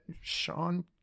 Sean